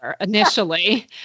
initially